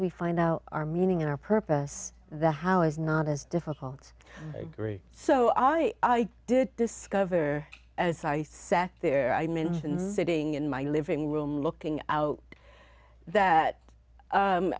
we find out our meaning our purpose that how is not as difficult agree so i did discover as i sat there i mentioned sitting in my living room looking out that